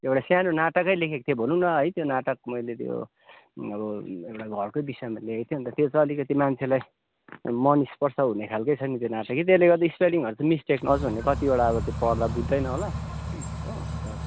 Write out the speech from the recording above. एउटा सानो नाटकै लेखेको थिएँ भनौँ न है त्यो नाटक मैले त्यो अब एउटा घरकै विषयमा लेखेको थिएँ अन्त त्यो चाहिँ अलिकति मान्छेलाई मन स्पर्श हुने खालके छ नि त्यो नाटक कि त्यसले गर्दा स्पेलिङहरू चाहिँ मिस्टेक नहोस् भने कतिवटा अब त्यो पढ्दा बुझ्दैन होला हो अन्त